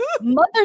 mother